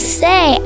say